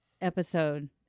episode